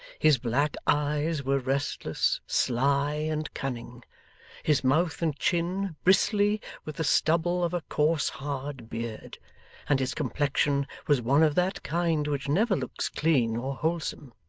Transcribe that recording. his black eyes were restless, sly, and cunning his mouth and chin, bristly with the stubble of a coarse hard beard and his complexion was one of that kind which never looks clean or wholesome.